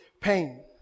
pain